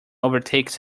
overtakes